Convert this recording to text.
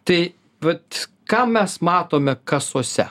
tai vat ką mes matome kasose